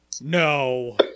no